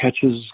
catches